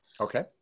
Okay